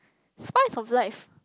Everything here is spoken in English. spice of life